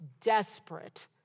desperate